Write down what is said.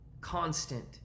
constant